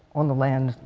on the land,